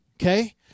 okay